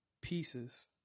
pieces